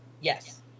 yes